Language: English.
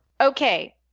Okay